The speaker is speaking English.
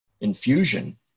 infusion